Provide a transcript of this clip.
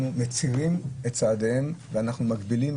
אנחנו מצרים את צעדיהם ואנחנו מגבילים